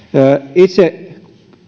itse